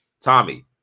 Tommy